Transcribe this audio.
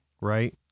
Right